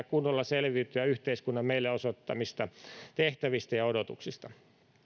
kunnolla yhteiskunnan meille osoittamista tehtävistä ja odotuksista